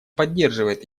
поддерживает